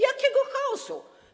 Jakiego chaosu?